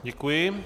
Děkuji.